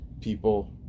people